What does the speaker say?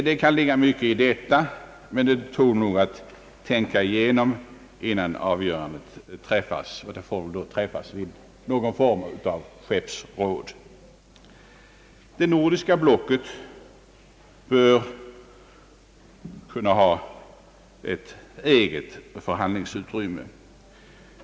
Det kan ligga mycket i detta; det tål nog att tänka igenom innan avgörandet träffas, kanske genom någon form av skeppsråd. Det nordiska blocket bör kunna ha ett eget förhandlingsutrymme.